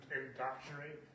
indoctrinate